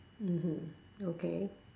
mmhmm okay